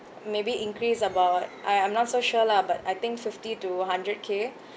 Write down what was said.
maybe increase about I I'm not so sure lah but I think fifty to hundred k